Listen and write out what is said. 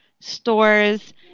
stores